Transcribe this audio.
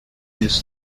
keys